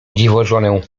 dziwożonę